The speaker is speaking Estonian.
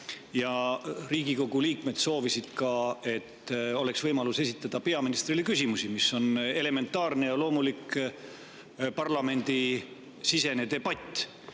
Riigikogu liikmed soovisid ka, et oleks võimalus peaministrile küsimusi esitada – see on elementaarne ja loomulik parlamendisisene debatt.